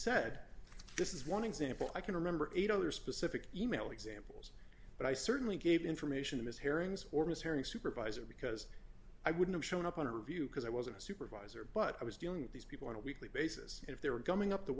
said this is one example i can remember eight other specific e mail examples but i certainly gave information as herrings or mishearing supervisor because i wouldn't show up on interview because i wasn't a supervisor but i was dealing with these people on a weekly basis if they were gumming up the